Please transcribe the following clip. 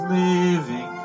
living